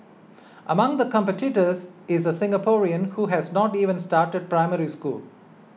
among the competitors is a Singaporean who has not even started Primary School